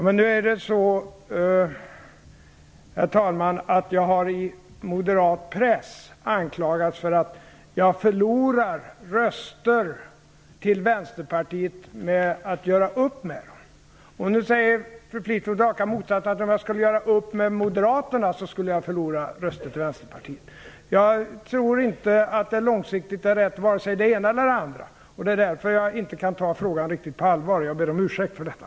Herr talman! Nu är det så att jag i moderat press har anklagats för att förlora röster till Vänsterpartiet genom att göra upp med dem. Nu säger fru Fleetwood det rakt motsatta, att om jag skulle göra upp med Moderaterna så skulle jag förlora röster till Vänsterpartiet. Långsiktigt tror jag inte att vare sig det ena eller det andra är rätt. Det är därför jag inte riktigt kan ta frågan på allvar. Jag ber om ursäkt för detta.